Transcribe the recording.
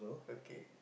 okay